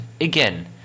again